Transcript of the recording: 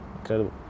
incredible